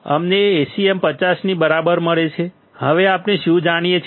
અમને Acm 50 ની બરાબર મળશે હવે આપણે શું જાણીએ છીએ